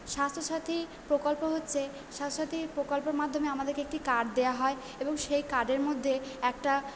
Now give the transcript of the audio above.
স্বাস্থ্যসাথী প্রকল্প হচ্ছে স্বাস্থ্যসাথী প্রকল্পের মাধ্যমে আমাদেরকে একটি কার্ড দেওয়া হয় এবং সেই কার্ডের মধ্যে একটা